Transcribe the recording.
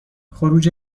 خروج